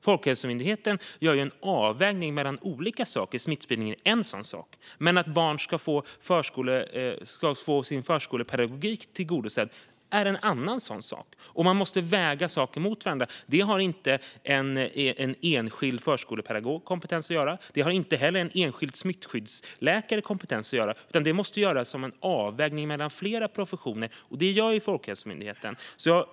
Folkhälsomyndigheten gör en avvägning mellan olika saker. Smittspridningen är en sådan sak. Men att barn ska få sitt behov av förskolepedagogik tillgodosedd är en annan sådan sak, och man måste väga saker mot varandra. Det har inte en enskild förskolepedagog kompetens att göra; det har inte heller en enskild smittskyddsläkare kompetens att göra. Det måste göras som en avvägning mellan flera professioner, och den avvägningen gör Folkhälsomyndigheten.